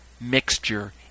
mixture